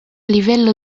livello